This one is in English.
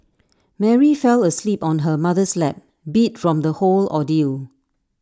Mary fell asleep on her mother's lap beat from the whole ordeal